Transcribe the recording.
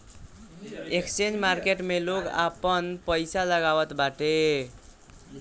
exchange market में लोग आपन पईसा लगावत बाटे